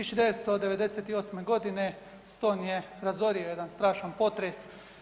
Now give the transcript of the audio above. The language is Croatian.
1998. godine Ston je razorio jedan strašan potres.